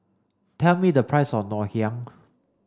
tell me the price of Ngoh Hiang